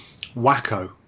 Wacko